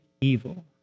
evil